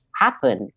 happen